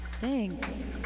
Thanks